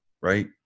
right